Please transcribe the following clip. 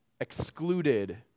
excluded